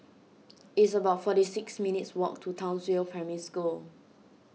it's about forty six minutes' walk to Townsville Primary School